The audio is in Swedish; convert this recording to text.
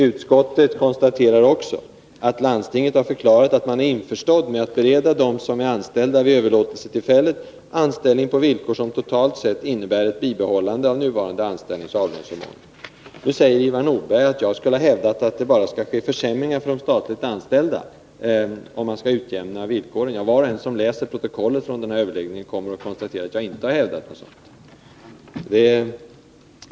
Utskottet konstaterar också att landstinget har förklarat sig införstått med att bereda dem som är anställda vid överlåtelsetillfället anställning på villkor som totalt sett innebär bibehållande av nuvarande anställningsoch avlöningsförmåner. Nu säger Ivar Nordberg att jag skulle ha hävdat att det bara kan ske försämringar för de statligt anställda, om man skall utjämna villkoren. Var och en som läser protokollet från den här överläggningen kommer att konstatera att jag inte har sagt något sådant.